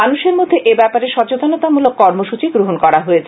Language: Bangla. মানুষের মধ্যে এ ব্যাপারে সচেতনতামূলক কর্মসূচি গ্রহণ করা হয়েছে